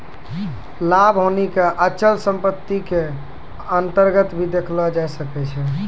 लाभ हानि क अचल सम्पत्ति क अन्तर्गत भी देखलो जाय सकै छै